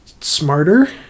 smarter